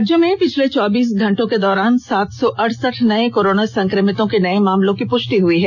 राज्य में पिछले चौबीस घंटे के दौरान सात सौ अड़सठ नए कोरोना संक्रमितों के नये मामलों की पुष्टि हुई है